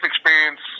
experience